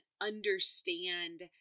understand